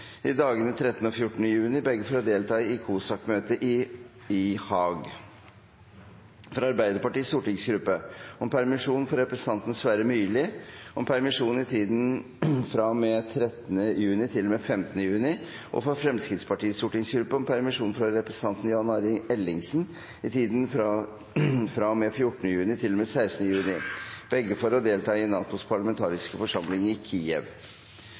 i dagene 13. og 14. juni, begge for å delta i COSAC-møte i Haag fra Arbeiderpartiets stortingsgruppe om permisjon for representanten Sverre Myrli i tiden fra og med 13. juni til og med 15. juni, og fra Fremskrittspartiets stortingsgruppe om permisjon for representanten Jan Arild Ellingsen i tiden fra og med 14. juni til og med 16. juni, begge for å delta i NATOs parlamentariske forsamling i Kiev